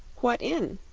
what in?